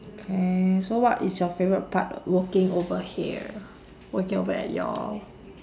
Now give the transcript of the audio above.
okay so what is your favourite part working over here working over at your